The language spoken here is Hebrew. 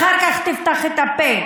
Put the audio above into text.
תסתכל בווידיאו ואחר כך תפתח את הפה.